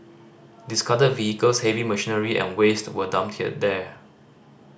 discarded vehicles heavy machinery and waste were dumped there